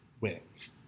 wins